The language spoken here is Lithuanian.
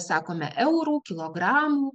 sakome eurų kilogramų